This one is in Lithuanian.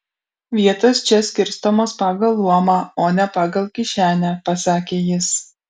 vietos čia skirstomos pagal luomą o ne pagal kišenę pasakė jis